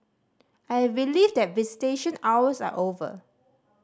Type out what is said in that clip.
I believe that visitation hours are over